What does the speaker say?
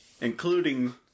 Including